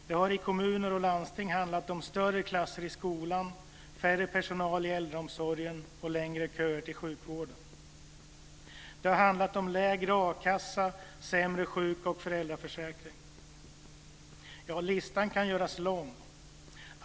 Det har i kommuner och landsting handlat om större klasser i skolan, färre personal i äldreomsorgen och längre köer till sjukvården. Det har handlat om lägre a-kassa, sämre sjuk och föräldraförsäkring. Ja, listan kan göras lång.